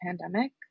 pandemic